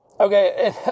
Okay